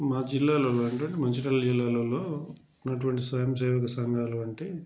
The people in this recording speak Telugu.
మా జిల్లాలో అంటే మంచిర్యాల జిల్లాలో ఉన్నటువంటి స్వయంసేవక సంఘాలు అంటే